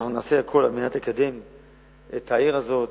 אנחנו נעשה הכול על מנת לקדם את העיר הזאת,